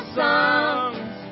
songs